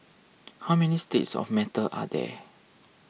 how many states of matter are there